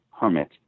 hermit